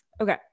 Okay